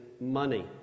money